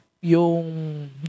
yung